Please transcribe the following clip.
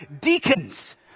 deacons